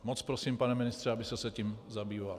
Moc prosím, pane ministře, abyste se tím zabýval.